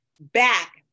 back